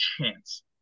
chance